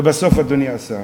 ובסוף, אדוני השר,